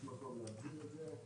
יש מקום להפעיל את זה.